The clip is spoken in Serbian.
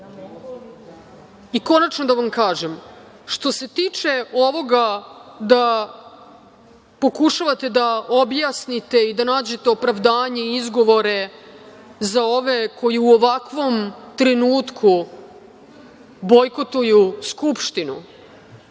ljudi. Konačno da vam kažem, što se tiče ovoga da pokušavate da objasnite i da nađete opravdanje i izgovore za ove koji u ovakvom trenutku bojkotuju Skupštinu,